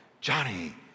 Johnny